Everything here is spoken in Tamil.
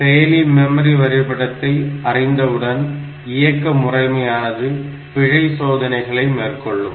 செயலி மெமரி வரைபடத்தை அறிந்தவுடன் இயக்க முறைமையானது பிழை சோதனைகளை மேற்கொள்ளும்